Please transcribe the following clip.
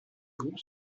groupe